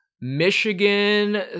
Michigan